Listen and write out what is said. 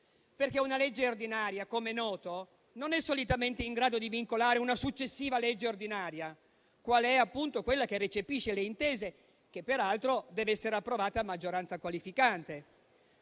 dubbia. Una legge ordinaria - com'è noto - non è solitamente in grado di vincolare una successiva legge ordinaria, qual è appunto quella che recepisce le intese, che peraltro dev'essere approvata a maggioranza qualificata.